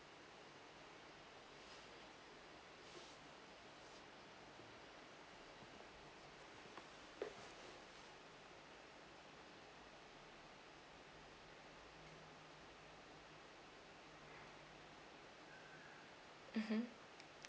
mmhmm